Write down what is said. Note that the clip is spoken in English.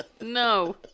No